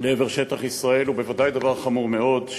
לעבר שטח ישראל זה בוודאי דבר חמור מאוד,